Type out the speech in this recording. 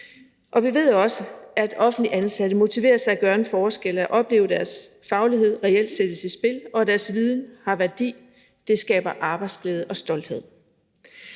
gå. Vi ved også, at offentligt ansatte motiveres af at gøre en forskel og af at opleve, at deres faglighed reelt sættes i spil, og at deres viden har værdi. Det skaber arbejdsglæde og stolthed.